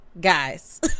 guys